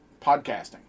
podcasting